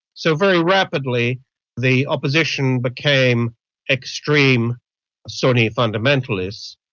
so very rapidly the opposition became extreme sunni fundamentalists,